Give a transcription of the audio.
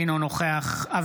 אינו נוכח סימון דוידסון,